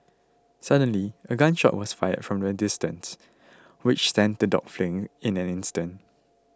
suddenly a gun shot was fired from a distance which sent the dogs fleeing in an instant